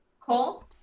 Cole